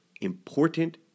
important